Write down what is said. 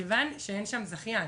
כיוון שאין שם זכיין.